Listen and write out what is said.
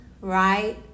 right